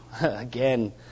again